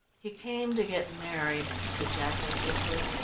he came to get married, said jack listlessly.